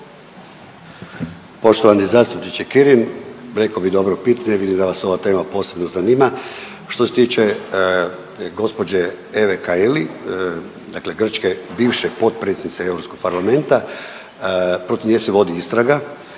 Poštovani zastupniče Kirin, rekao bih dobro pitanje, vidim da vas ova tema posebno zanima. Što se tiče gospođe Eve Kaili, dakle grčke bivše potpredsjendice Europskog parlamenta protiv nje se vodi istraga.